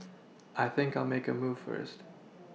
I think I'll make a move first